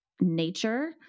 nature